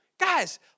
guys